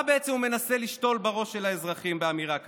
מה הוא מנסה לשתול בראש של האזרחים באמירה כזאת?